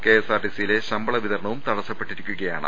കെഎസ്ആർടിസിയിലെ ശമ്പള വിതരണവും തടസ പ്പെട്ടിരിക്കുകയാണ്